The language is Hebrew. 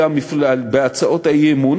בהצעות האי-אמון,